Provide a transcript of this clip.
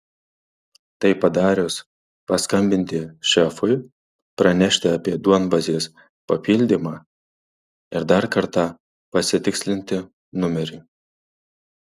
tai padarius paskambinti šefui pranešti apie duombazės papildymą ir dar kartą pasitikslinti numerį